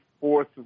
fourth